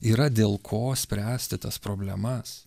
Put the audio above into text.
yra dėl ko spręsti tas problemas